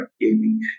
gaming